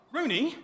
Rooney